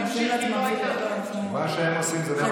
הם עושים לעצמם, מה שהם עושים, הם